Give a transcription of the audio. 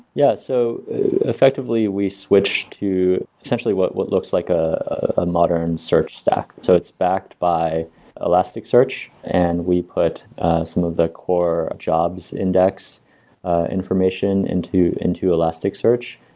yeah, so effectively we switch to essentially what what looks like a modern search stack. so it's backed by elasticsearch and we put some of the core jobs index information into into elasticsearch.